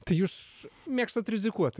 tai jūs mėgstat rizikuot